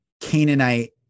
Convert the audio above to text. Canaanite